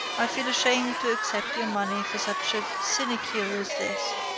i feel ashamed to accept your money for such a sinecure as this.